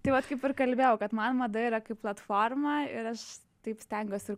tai vat kaip ir kalbėjau kad man mada yra kaip platforma ir aš taip stengiuos